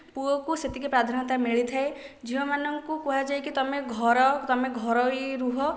ପୁଅକୁ ସେତିକି ପ୍ରାଧାନ୍ୟତା ମିଳିଥାଏ ଝିଅ ମାନଙ୍କୁ କୁହାଯାଏ କି ତୁମେ ଘର ତୁମେ ଘରୋଇ ରୁହ